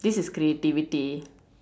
this is creativity